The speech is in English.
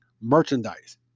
merchandise